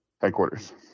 headquarters